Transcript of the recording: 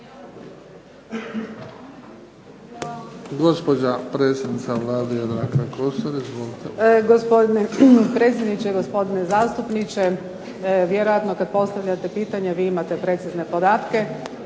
Gospodine predsjedniče. Gospodine zastupniče, vjerojatno kad postavljate pitanje vi imate precizne podatke